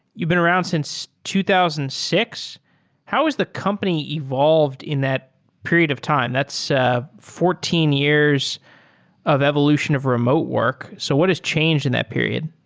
you've been around since two thousand and how has the company involved in that period of time? that's ah fourteen years of evolution of remote work. so what has changed in that period?